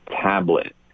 tablet